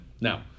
Now